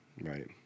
Right